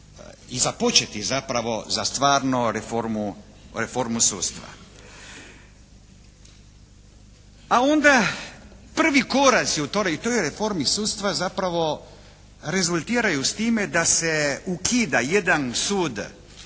i započeti zapravo za stvarno reformu sudstva. A onda prvi koraci u toj reformi sudstva zapravo rezultiraju s time da se ukida jedan sud